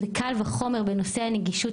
וקל וחומר בנושא הנגישות,